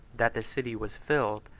that the city was filled,